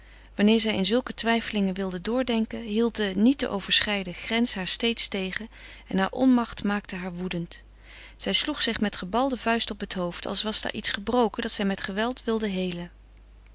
wanneer zij in zulke twijfelingen wilde doordenken hield de niet te overschrijden grens haar steeds tegen en haar onmacht maakte haar woedend zij sloeg zich met gebalde vuist op het hoofd als was daar iets dat zij met geweld wilde heelen